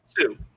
Two